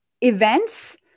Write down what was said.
events